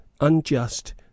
unjust